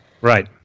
Right